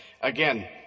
Again